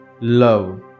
love